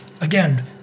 again